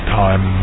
time